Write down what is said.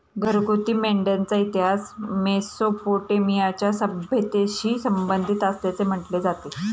घरगुती मेंढ्यांचा इतिहास मेसोपोटेमियाच्या सभ्यतेशी संबंधित असल्याचे म्हटले जाते